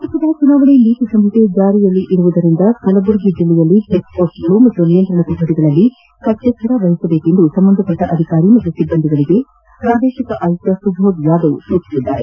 ಲೋಕಸಭಾ ಚುನಾವಣೆ ನೀತಿ ಸಂಹಿತೆ ಜಾರಿಯಲ್ಲಿರುವುದರಿಂದ ಕಲಬರುಗಿ ಜಿಲ್ಲೆಯ ಚೆಕ್ಪೋಸ್ಟ್ಗಳು ಹಾಗೂ ನಿಯಂತ್ರಣ ಕೊಠಡಿಗಳಲ್ಲಿ ಕಟ್ಟೆಚ್ಚರ ವಹಿಸುವಂತೆ ಸಂಬಂಧಿಸಿ ಅಧಿಕಾರಿ ಹಾಗೂ ಸಿಬ್ಬಂದಿಗೆ ಪ್ರಾದೇಶಿಕ ಆಯುಕ್ತ ಸುಬೋಧ್ ಯಾದವ್ ಸೂಚನೆ ನೀಡಿದ್ದಾರೆ